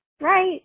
Right